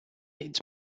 its